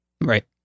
Right